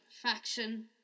faction